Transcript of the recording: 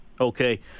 Okay